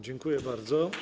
Dziękuję bardzo.